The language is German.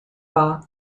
war